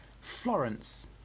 Florence